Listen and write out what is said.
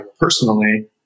personally